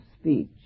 speech